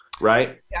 Right